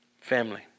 family